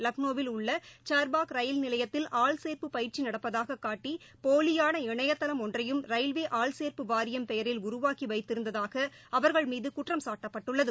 லக்னோவில் உள்ள ச்பாக் ரயில் நிலையத்தில் ஆள்கேன்ப்பு பயிற்சி நடப்பதாகக் காட்டி போலியான இனையதளம் ஒன்றையும் ரயில்வே ஆள்சேர்ப்பு வாரியம் பெயரில் உருவாக்கி வைத்திருந்ததாக அவா்கள் மீது குற்றம்சாட்டப்பட்டுள்ளது